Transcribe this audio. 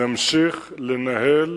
נמשיך לנהל